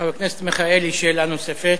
חבר הכנסת מיכאלי, שאלה נוספת.